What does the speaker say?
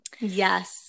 Yes